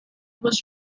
was